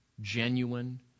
genuine